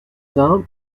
dain